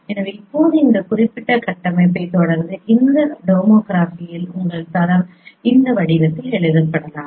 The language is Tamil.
எனவே இப்போது இந்த குறிப்பிட்ட கட்டமைப்பைத் தொடர்ந்து இந்த டோமோகிராஃபியில் உங்கள் தளம் இந்த வடிவத்தில் எழுதப்படலாம்